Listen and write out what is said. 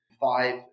five